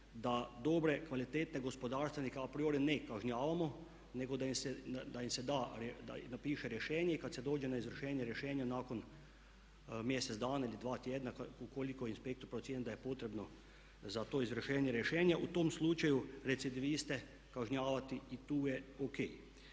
da dobre, kvalitetne gospodarstvenike a priori ne kažnjavamo nego da im se da i napiše rješenje i kad se dođe na izvršenje rješenja nakon mjesec dana ili dva tjedna ukoliko inspektor procijeni da je potrebno za to izvršenje rješenje u tom slučaju recidiviste kažnjavati i to je ok.